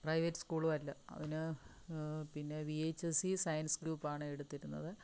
private സ്കൂളും അല്ല അവന് പിന്നെ വിഎച്ച്എസി സയൻസ് ഗ്രൂപ്പണ് എടുത്തിരുന്നത്